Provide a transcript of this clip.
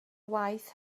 waith